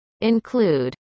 include